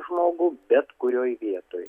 žmogų bet kurioj vietoj